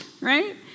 right